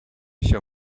shall